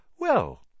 Well